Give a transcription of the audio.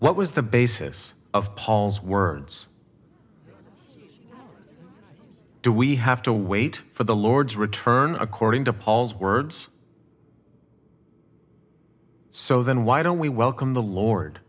what was the basis of paul's words do we have to wait for the lord's return according to paul's words so then why don't we welcome the lord